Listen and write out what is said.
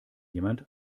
jemand